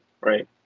right